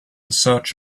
search